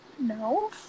No